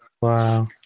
wow